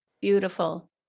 Beautiful